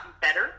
better